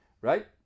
Right